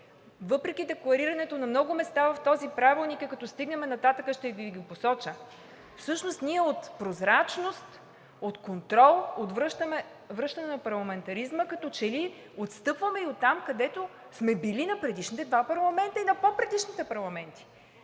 въпреки декларирането на много места в този правилник, като стигнем нататък ще Ви ги посоча, всъщност ние от прозрачност, от контрол, връщане на парламентаризма, като че ли отстъпваме и оттам, където сме били на предишните два парламента и на по-предишните парламенти.